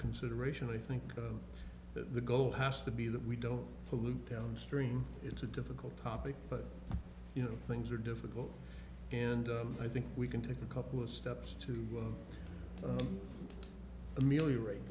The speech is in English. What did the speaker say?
consideration i think that the goal has to be that we don't pollute downstream it's a difficult topic but you know things are difficult and i think we can take a couple of steps to ameliorate